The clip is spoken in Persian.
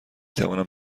توانم